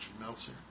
Meltzer